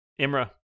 Imra